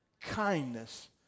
Kindness